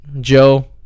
Joe